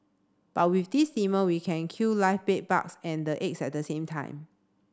but with this steamer we can kill live bed bugs and the eggs at the same time